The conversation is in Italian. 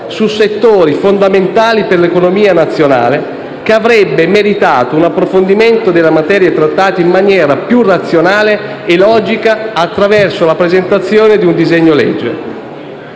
su settori fondamentali per l'economia nazionale, che avrebbe meritato un approfondimento delle materie trattate in maniera più razionale e logica, attraverso la presentazione di un disegno di legge.